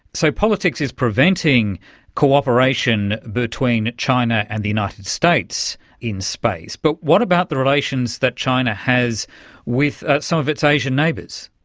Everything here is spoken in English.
so politics is preventing cooperation between china and the united states in space, but what about the relations that china has with some of its asian neighbours?